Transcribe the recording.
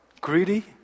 greedy